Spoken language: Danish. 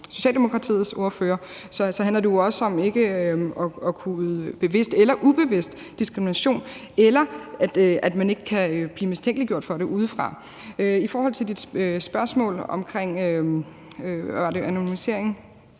Socialdemokratiets ordfører, tror jeg det var, handler det jo også om, at man ikke skal kunne bevidst eller ubevidst diskriminere, eller at man ikke kan blive mistænkeliggjort for det udefra. I forhold til dit spørgsmål omkring anonymisering